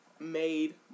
Made